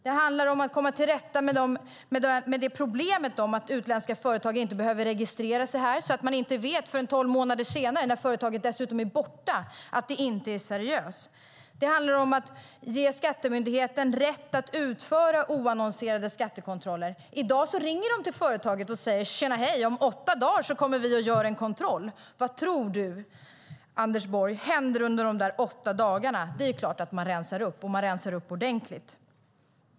Det handlar om att komma till rätta med problemet att utländska företag inte behöver registrera sig här, så att man inte förrän tolv månader senare - när företaget är borta - vet att det inte är seriöst. Det handlar också om att ge skattemyndigheten rätt att utföra oannonserade skattekontroller. I dag ringer de till företaget och säger: Hej, om åtta dagar kommer vi och gör en kontroll. Vad tror du, Anders Borg, händer under de åtta dagarna? Det är klart att de rensar upp, och de rensar upp ordentligt.